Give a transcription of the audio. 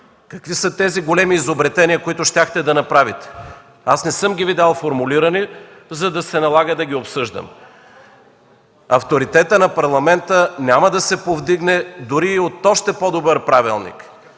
Какви са тези големи изобретения, които щяхте да направите? Аз не съм ги видял формулирани, за да се налага да ги обсъждам. Авторитетът на Парламента няма да се повдигне дори и от още по-добър правилник.